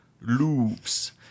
loops